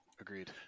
agreed